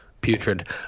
putrid